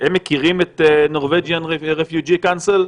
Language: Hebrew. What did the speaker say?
הם מכירים את Norwegian Refugee Council?